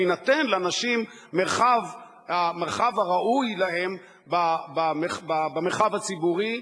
ויינתן לנשים המרחב הראוי להן במרחב הציבורי,